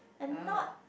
oh